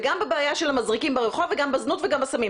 וגם בבעיה של המזריקים ברחוב וגם בזנות וגם בסמים.